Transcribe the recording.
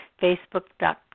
facebook.com